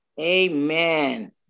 Amen